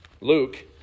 Luke